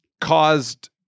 caused